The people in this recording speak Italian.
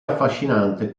affascinante